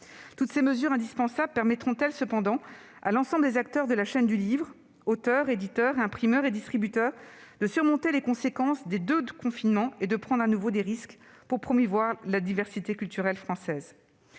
Toutes ces mesures indispensables permettront-elles cependant à l'ensemble des acteurs de la chaîne du livre, auteurs, éditeurs, imprimeurs et distributeurs, de surmonter les conséquences des deux confinements et de prendre de nouveau des risques pour promouvoir la diversité culturelle française ?